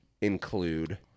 include